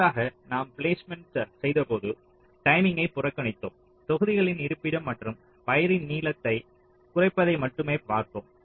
முன்னதாக நாம் பிளேஸ்மெண்ட் செய்தபோது டைமிங்யை புறக்கணித்தோம் தொகுதிகளின் இருப்பிடம் மற்றும் வயரின் நீளங்களைக் குறைப்பதை மட்டுமே பார்த்தோம்